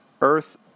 Earth